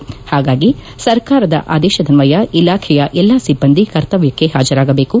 ಪಾಗಾಗಿ ಸರ್ಕಾರದ ಆದೇಶದನ್ದಯ ಇಲಾಖೆಯ ಎಲ್ಲಾ ಸಿಬ್ಬಂದಿ ಕರ್ತವ್ಯಕ್ಷೆ ಹಾಜರಾಗಬೇಕು